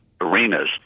arenas